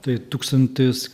tai tūkstantis